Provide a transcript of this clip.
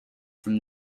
from